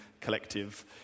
collective